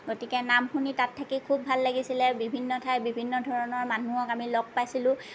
গতিকে নাম শুনি তাত থাকি খুব ভাল লাগিছিলে বিভিন্ন ঠাইৰ বিভিন্ন ধৰণৰ মানুহক আমি লগ পাইছিলোঁ